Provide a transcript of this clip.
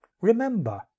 remember